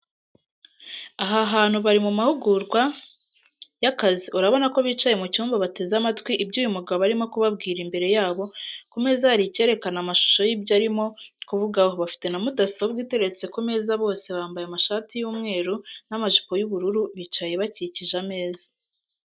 Aha abantu bari mumahugurwa yakazi urabona kobicaye mucyumba bateze amatwi ibyo uyu mugabo arimo kubabwira imbere yabo kumeze hari icyerekana amashusho yibyo arimo kuvugaho bafite namudasobwa iteretse kumeza bose bamabaye amatishati y,umweru namajipo yubururu bicaye bakikije ameze.